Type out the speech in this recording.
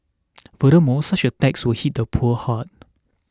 furthermore such a tax will hit the poor hard